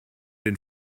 den